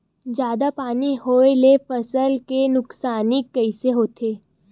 जादा पानी होए ले फसल के नुकसानी कइसे होथे?